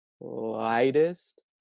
lightest